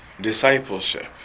discipleship